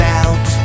out